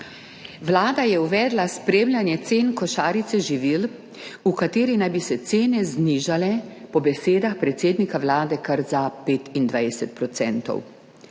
Vlada je uvedla spremljanje cen košarice živil, v kateri naj bi se cene znižale po besedah predsednika vlade kar za 25 %.